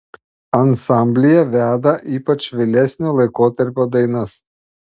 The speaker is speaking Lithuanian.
ansamblyje veda ypač vėlesnio laikotarpio dainas